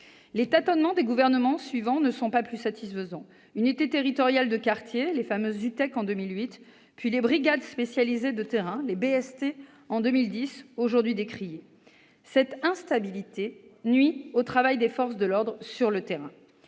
Les tâtonnements des gouvernements suivants ne sont pas plus satisfaisants : unités territoriales de quartier, les fameuses UTEQ, en 2008, puis les brigades spécialisées de terrain, les BST, en 2010, aujourd'hui décriées. Cette instabilité nuit au travail des forces de l'ordre sur le terrain